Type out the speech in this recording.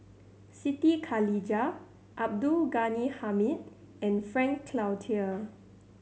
Siti Khalijah Abdul Ghani Hamid and Frank Cloutier